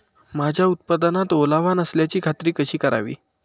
माझ्या उत्पादनात ओलावा नसल्याची खात्री कशी करावी?